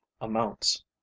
amounts